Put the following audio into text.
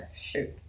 shoot